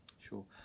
Sure